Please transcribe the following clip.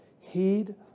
Heed